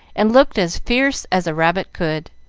and looked as fierce as a rabbit could.